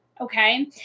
Okay